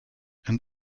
and